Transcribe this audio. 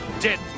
dead